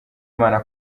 imana